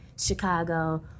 Chicago